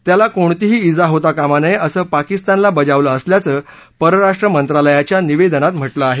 त्यांना कसलीही ईजा होता कामा नये असं पाकिस्तानला बजावलं असल्याचं परराष्ट्र मंत्रालयाच्या निवेदनात म्हटलं आहे